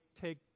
take